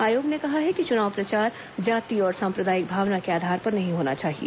आयोग ने कहा है कि चुनाव प्रचार जाति और साम्प्रदायिक भावना के आधार पर नहीं होना चाहिए